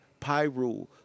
pyrule